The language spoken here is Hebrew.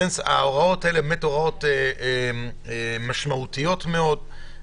ההוראות האלה הן הוראות משמעותיות מאוד,